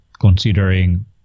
considering